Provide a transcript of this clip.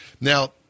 Now